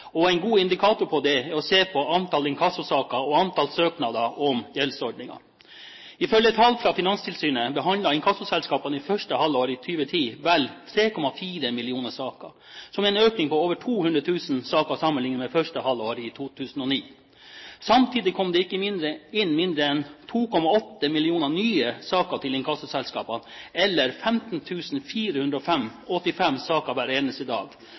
og en god indikator på det er å se på antall inkassosaker og antall søknader om gjeldsordning. Ifølge tall fra Finanstilsynet behandlet inkassoselskapene i første halvår i 2010 vel 3,4 millioner saker, som er en økning på over 200 000 saker sammenlignet med første halvår i 2009. Samtidig kom det inn ikke mindre enn 2,8 millioner nye saker til inkassoselskapene, eller 15 485 saker hver eneste dag. Jeg gjentar tallet: 15 485 nye saker hver dag,